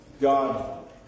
God